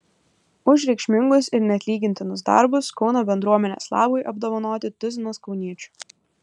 už reikšmingus ir neatlygintinus darbus kauno bendruomenės labui apdovanoti tuzinas kauniečių